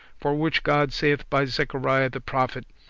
for which god saith by zechariah the prophet,